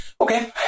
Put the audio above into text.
Okay